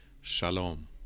Shalom